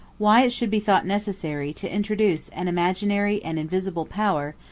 why it should be thought necessary to introduce an imaginary and invisible power,